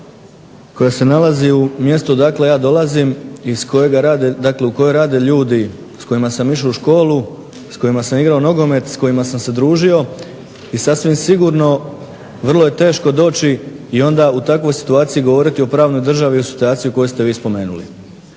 koja se nalazi u mjestu odakle ja dolazim, iz kojega rade, dakle u kojoj rade ljudi s kojima sam išao u školu, s kojima sam igrao nogomet, s kojima sam se družio, i sasvim sigurno vrlo je teško doći i onda u takvoj situaciji govoriti o pravnoj državi u situaciji koju ste vi spomenuli.